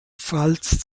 pfalz